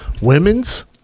women's